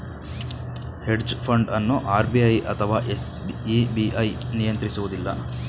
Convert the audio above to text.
hedge fund ಅನ್ನು RBI ಅಥವಾ SEBI ನಿಯಂತ್ರಿಸುವುದಿಲ್ಲ